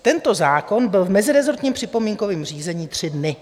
Tento zákon byl v mezirezortním připomínkovém řízení tři dny.